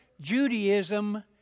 Judaism